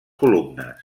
columnes